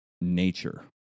nature